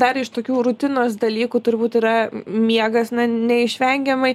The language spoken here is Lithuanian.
dar iš tokių rutinos dalykų turbūt yra miegas na neišvengiamai